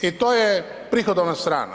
I to je prihodovna strana.